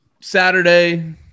Saturday